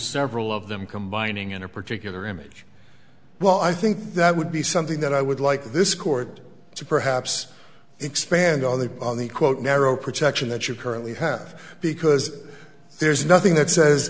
several of them combining in a particular image well i think that would be something that i would like this court to perhaps expand on the on the quote narrow protection that you currently have because there's nothing that says